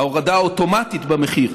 ההורדה האוטומטית במחיר.